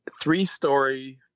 three-story